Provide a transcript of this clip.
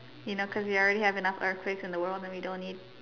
you know cause we already have enough earthquakes in the world and we don't need